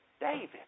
David